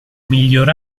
miglior